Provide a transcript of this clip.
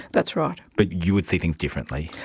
that's right. but you would see things differently.